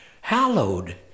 hallowed